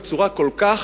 בצורה כל כך,